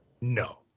No